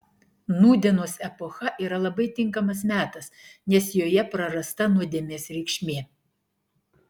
nūdienos epocha yra labai tinkamas metas nes joje prarasta nuodėmės reikšmė